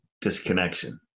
disconnection